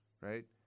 right